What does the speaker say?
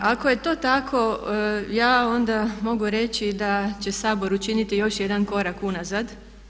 Ako je to tako ja onda mogu reći da će Sabor učiniti još jedan korak unazad.